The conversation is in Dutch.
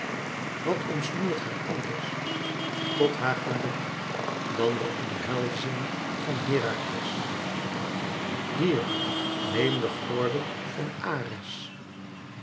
wat omsnoert haar ànders tot haar geluk dan de omhelzing van herakles hier neem den gordel van ares